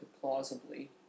plausibly